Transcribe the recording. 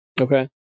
Okay